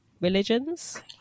religions